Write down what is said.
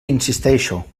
insisteixo